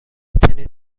تنیس